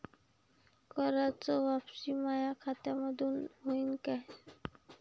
कराच वापसी माया खात्यामंधून होईन का?